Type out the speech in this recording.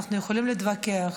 אנחנו יכולים להתווכח,